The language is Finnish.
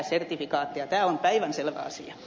tämä on päivänselvä asia